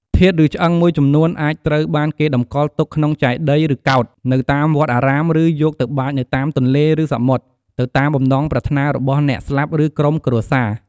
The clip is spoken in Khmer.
ធាតុឬឆ្អឹងមួយចំនួនអាចត្រូវបានគេតម្កល់ទុកក្នុងចេតិយឬកោដ្ឋ នៅតាមវត្តអារាម ឬយកទៅបាចនៅតាមទន្លេ ឬសមុទ្រ ទៅតាមបំណងប្រាថ្នារបស់អ្នកស្លាប់ ឬក្រុមគ្រួសារ។